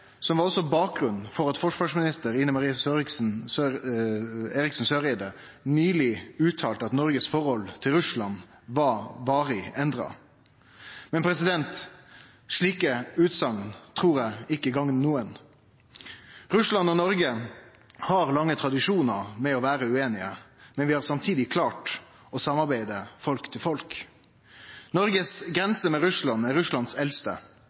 også bakgrunnen for at forsvarsminister Ine M. Eriksen Søreide nyleg uttala at Noregs forhold til Russland var varig endra. Men slike utsegner trur eg ikkje gagnar nokon. Russland og Noreg har lange tradisjonar med å vere ueinige, men vi har samtidig klart å samarbeide, gjennom folk-til-folk-samarbeidet. Noregs grense med Russland er Russlands eldste